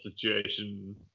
situation